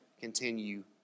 continue